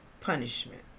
punishment